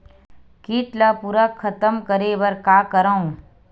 कीट ला पूरा खतम करे बर का करवं?